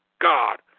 God